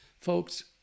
Folks